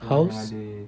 house